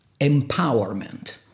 empowerment